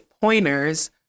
pointers